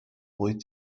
wyt